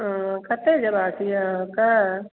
हँ कतय जेबाक यए अहाँकेँ